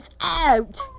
out